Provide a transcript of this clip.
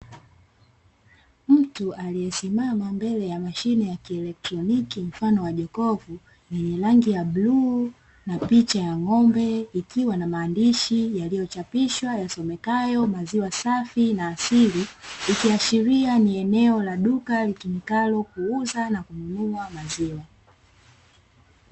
Mtu aliyesimama mbele ya mashine ya kielektroniki mfano wa jokofu yenye rangi ya bluu na picha ya ng’ombe, ikiwa na maandishi yaliyochapishwa yasomekayo "maziwa safi na asili", ikiashiria ni eneo la duka litumikalo kuuza na kununua maziwa.